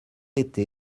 était